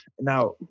Now